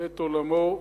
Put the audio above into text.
לבית- עולמו.